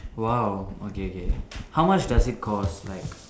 !wow! okay okay how much does it cost like